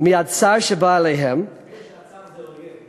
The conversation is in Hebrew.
"מהצר שבא עליהם" תסביר שהצר זה אויב.